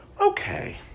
Okay